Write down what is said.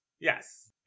Yes